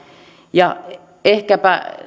ja ehkäpä